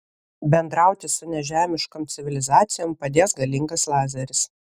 bendrauti su nežemiškom civilizacijom padės galingas lazeris